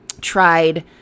tried